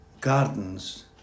Gardens